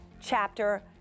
chapter